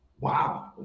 Wow